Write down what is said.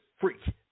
freak